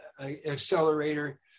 accelerator